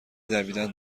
دویدن